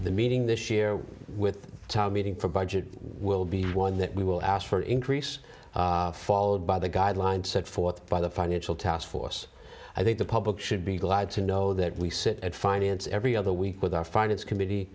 the meeting this year with the town meeting for budget will be one that we will ask for an increase followed by the guidelines set forth by the financial task force i think the public should be glad to know that we sit at finance every other week with our finance committee